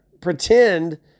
pretend